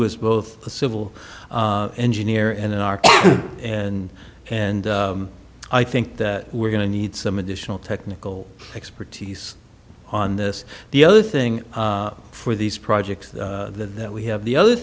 was both a civil engineer and an r and and i think that we're going to need some additional technical expertise on this the other thing for these projects that we have the other